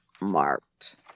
marked